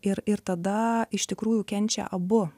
ir ir tada iš tikrųjų kenčia abu